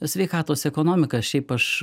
sveikatos ekonomiką šiaip aš